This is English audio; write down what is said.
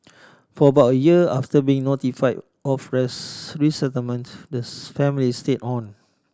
for about a year after being notify of resettlement the family stayed on